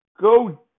go